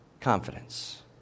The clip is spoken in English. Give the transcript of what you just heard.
confidence